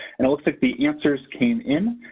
and it looks like the answers came in,